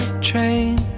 train